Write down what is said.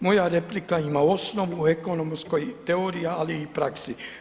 Moja replika ima osnovu u ekonomskoj teoriji, ali i praksi.